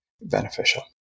beneficial